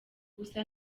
gusa